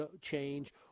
change